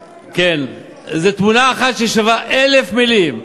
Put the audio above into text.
זו תמונה אחת ששווה אלף מילים.